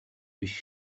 биш